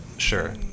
Sure